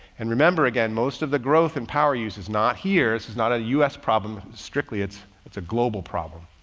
and remember, again, most of the growth and power use is not here. this is not a us problem. strictly it's, it's a global problem.